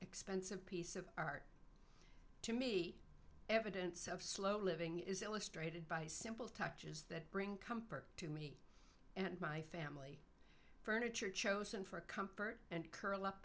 expensive piece of art to me evidence of slow living is illustrated by simple touches that bring comfort and my family furniture chosen for comfort and curl up